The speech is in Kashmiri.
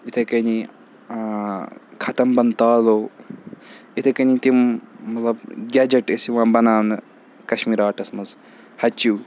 اِتھَے کٔنی ختم بَنٛد تالو اِتھَے کٔنی تِم مطلب گٮ۪جَٹ ٲسۍ یِوان بَناونہٕ کَشمیٖر آٹَس منٛز ہَچِو